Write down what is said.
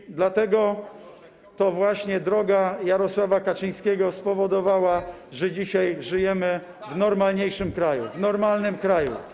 I dlatego to właśnie droga Jarosława Kaczyńskiego spowodowała, że dzisiaj żyjemy w normalniejszym kraju, w normalnym kraju.